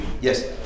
yes